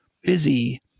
busy